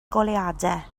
goleuadau